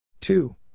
two